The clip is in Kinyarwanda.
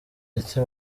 ndetse